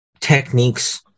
techniques